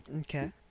Okay